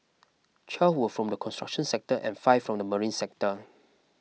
twelve were from the construction sector and five from the marine sector